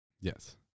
Yes